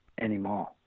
anymore